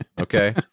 okay